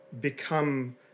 become